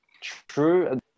true